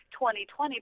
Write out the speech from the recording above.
2020